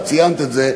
ואת ציינת את זה,